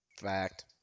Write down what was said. Fact